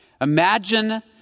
Imagine